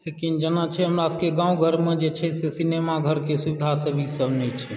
लेकिन जेबाक छै हमरा सभकेँ गाँव घरमे जे छै से सिनेमा घरकेँ सुविधा ईसभ नहि छै